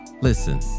listen